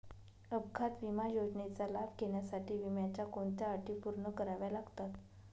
अपघात विमा योजनेचा लाभ घेण्यासाठी विम्याच्या कोणत्या अटी पूर्ण कराव्या लागतात?